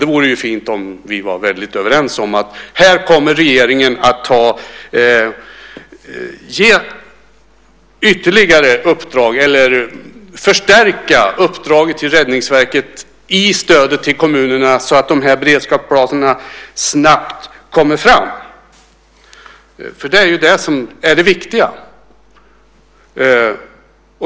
Det vore fint om vi var överens om att regeringen kommer att ge ytterligare uppdrag, eller förstärka uppdraget, till Räddningsverket när det gäller stödet till kommunerna så att beredskapsplanerna snabbt kommer fram. Det är ju det viktiga.